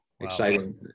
exciting